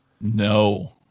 No